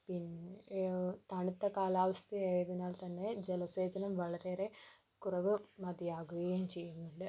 പിന്നെ തണുത്ത കാലാവസ്ഥയായിരുന്നാൽ തന്നെ ജലസേചനം വളരെ കുറവ് മതിയാകുകയും ചെയ്യുന്നുണ്ട്